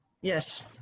Yes